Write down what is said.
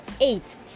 eight